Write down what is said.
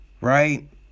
right